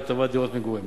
מחר הוא יציג אותם.